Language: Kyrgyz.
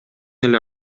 эле